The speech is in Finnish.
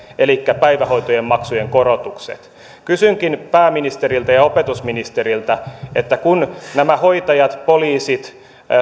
elikkä päivähoitomaksujen korotukset kysynkin pääministeriltä ja opetusministeriltä että kun nämä hoitajat poliisit